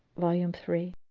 volume three